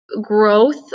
growth